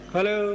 Hello